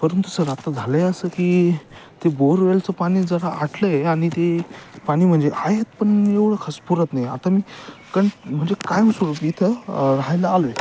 परंतु सर आता झालं आहे असं की ते बोअर वेलचं पाणी जरा आटलं आहे आणि ते पाणी म्हणजे आहेत पण एवढं खास पुरत नाही आता मी कारण म्हणजे कायम स्वरूपी इथं राहायला आलो आहे